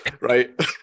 right